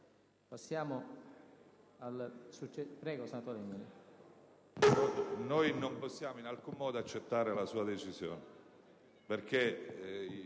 Non possiamo in alcun modo accettare la sua decisione